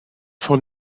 von